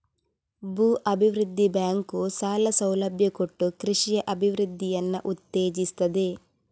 ಭೂ ಅಭಿವೃದ್ಧಿ ಬ್ಯಾಂಕು ಸಾಲ ಸೌಲಭ್ಯ ಕೊಟ್ಟು ಕೃಷಿಯ ಅಭಿವೃದ್ಧಿಯನ್ನ ಉತ್ತೇಜಿಸ್ತದೆ